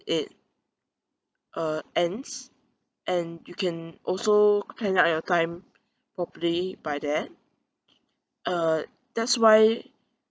it uh ends and you can also plan up your time properly by that uh that's why